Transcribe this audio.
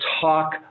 talk